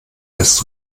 das